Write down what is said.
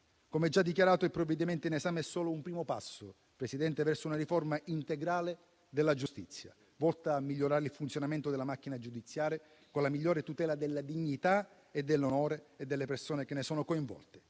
come già dichiarato, il provvedimento in esame è solo un primo passo verso una riforma integrale della giustizia, volta a migliorare il funzionamento della macchina giudiziaria, con la migliore tutela della dignità e dell'onore delle persone che ne sono coinvolte.